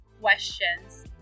questions